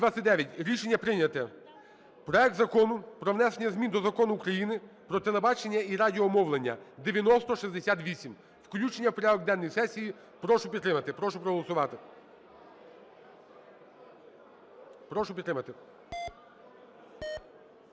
Рішення прийнято. Проект Закону про внесення змін до Закону України "Про телебачення і радіомовлення" (9068), включення в порядок денний сесії. Прошу підтримати, прошу проголосувати.